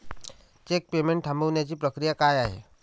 Check payment थांबवण्याची प्रक्रिया काय आहे?